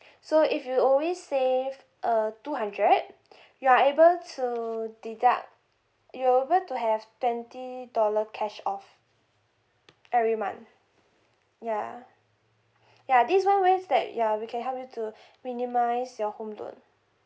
so if you always save uh two hundred you are able to deduct you'll able to have twenty dollar cash off every month ya ya this one way that ya we can help you to minimise your home loan